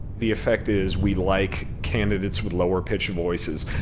the effect is we like candidates with lower pitched voices,